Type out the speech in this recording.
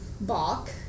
balk